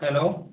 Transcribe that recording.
hello